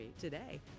today